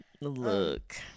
Look